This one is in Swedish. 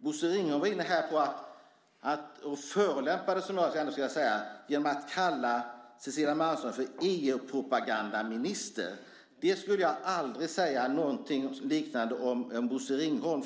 Bosse Ringholm var inne och förolämpade, skulle jag vilja säga, genom att kalla Cecilia Malmström för EU-propagandaminister. Jag skulle aldrig säga något liknande om Bosse Ringholm.